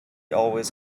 always